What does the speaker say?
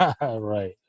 right